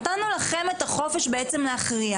נתנו לכם את החופש להכריע.